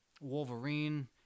Wolverine